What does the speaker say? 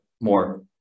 more